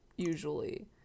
Usually